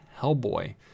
Hellboy